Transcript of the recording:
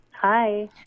Hi